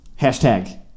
hashtag